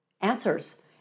answers